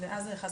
ואז זה נכנס